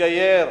להתגייר